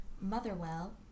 Motherwell